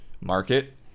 market